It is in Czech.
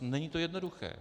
Není to jednoduché.